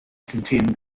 contained